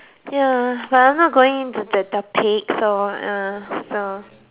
ya but you're not going into the so uh so